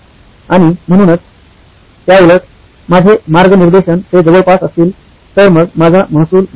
आणि म्हणूनच त्याउलट माझे मार्गनिर्देशन ते जवळपास असतील तर मग माझा महसूल जास्त आहे